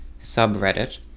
subreddit